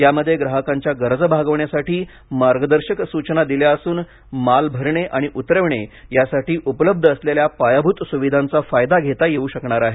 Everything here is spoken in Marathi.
यामध्ये ग्राहकांच्या गरजा भागविण्यासाठी मार्गदर्शक सूचना दिल्या असून माल भरणे आणि उतरविणे यासाठी उपलब्ध असलेल्या पायाभूत सुविधांचा फायदा घेता येवू शकणार आहे